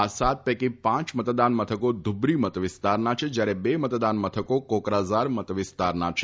આ સાત પૈકી પાંચ મતદાન મથકો ધુબ્રી મતવિસ્તારના છે જ્યારે બે મતદાન મથકો કોકાઝાર મતવિસ્તારના છે